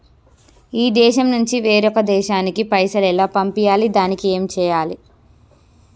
ఈ దేశం నుంచి వేరొక దేశానికి పైసలు ఎలా పంపియ్యాలి? దానికి ఏం చేయాలి?